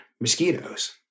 mosquitoes